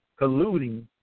colluding